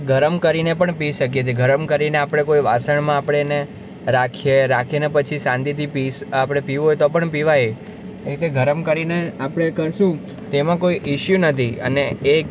ગરમ કરીને પણ પી શકીએ છીએ ગરમ કરીને આપણે કોઈ વાસણમાં આપણે એને રાખીએ રાખીને પછી શાંતિથી આપણે પીવું હોય તો પણ પીવાય એ કંઈ ગરમ કરીને આપણે કરીશું તેમાં કોઈ ઇસ્યુ નથી અને એ